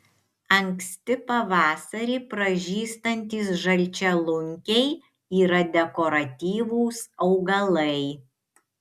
anksti pavasarį pražystantys žalčialunkiai yra dekoratyvūs augalai